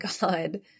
God